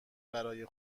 برای